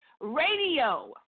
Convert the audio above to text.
Radio